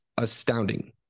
astounding